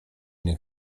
nie